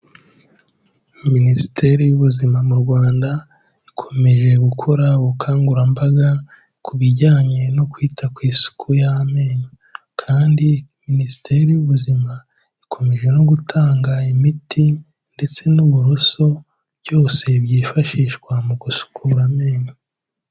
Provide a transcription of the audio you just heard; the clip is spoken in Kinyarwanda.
Minisiteri y'ubuzima mu Rwanda ikomeje gukora ubukangurambaga ku bijyanye no kwita ku isuku y'amenyo, kandi minisiteri y'ubuzima ikomeje no gutanga imiti ndetse n'uburoso, byose byifashishwa mu gusukura amenyo.